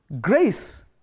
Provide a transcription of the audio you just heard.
Grace